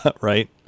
Right